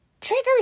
Triggers